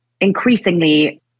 increasingly